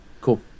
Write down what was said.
cool